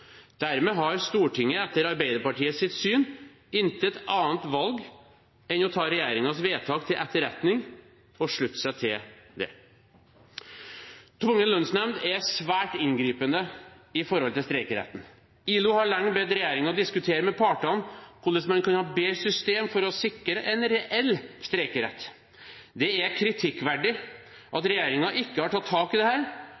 Dermed har Stortinget, etter Arbeiderpartiets syn, intet annet valg enn å ta regjeringens vedtak til etterretning og slutte seg til det. Tvungen lønnsnemnd er svært inngripende overfor streikeretten. ILO har lenge bedt regjeringen diskutere med partene hvordan man kunne hatt et bedre system for å sikre en reell streikerett. Det er kritikkverdig